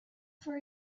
for